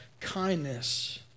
kindness